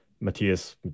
Matthias